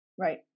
Right